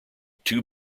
too